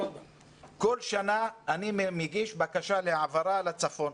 כל שנה אני מגיש בקשה להעברה לצפון.